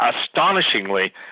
astonishingly